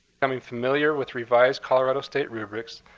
becoming familiar with revised colorado state rubrics,